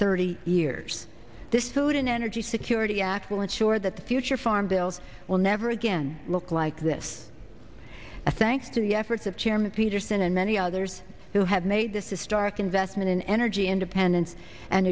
thirty years this food and energy security act will ensure that the future farm bill will never again look like this thanks to the efforts of chairman peterson and many others who have made this historic investment in energy independence and